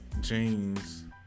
jeans